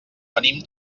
venim